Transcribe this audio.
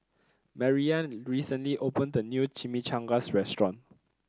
Mariann recently opened a new Chimichangas Restaurant